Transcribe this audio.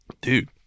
Dude